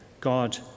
God